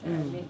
mm